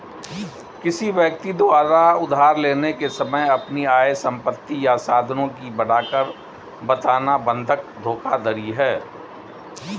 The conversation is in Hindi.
किसी व्यक्ति द्वारा उधार लेने के समय अपनी आय, संपत्ति या साधनों की बढ़ाकर बताना बंधक धोखाधड़ी है